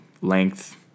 length